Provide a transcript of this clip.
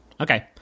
Okay